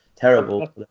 Terrible